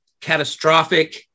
catastrophic